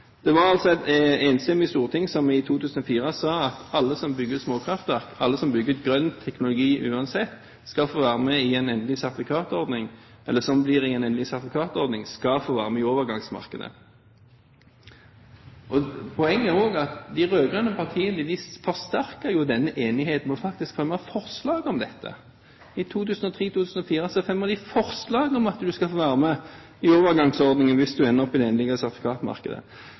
Det var altså et enstemmig storting som i 2004 sa at alle som bygger småkraftverk, alle som bygger grønn teknologi uansett, og som blir med i en endelig sertifikatordning, skal få være med i overgangsmarkedet. Poenget er også at de rød-grønne partiene forsterker denne enigheten og faktisk fremmer forslag om dette. I 2003–2004 fremmet de forslag om at man skulle få være med i overgangsordningen hvis man ender opp i